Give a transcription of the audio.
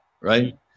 Right